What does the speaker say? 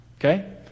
Okay